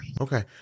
Okay